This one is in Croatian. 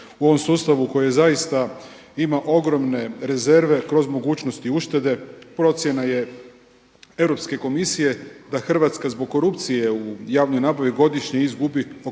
u ovom sustavu koji zaista ima ogromne rezerve. Kroz mogućnosti uštede procjena je Europske komisije da Hrvatska zbog korupcije u javnoj nabavi godišnje izgubi oko